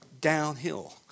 downhill